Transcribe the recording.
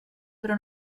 però